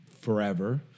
forever